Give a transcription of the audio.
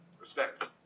Respect